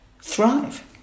thrive